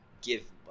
give